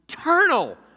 eternal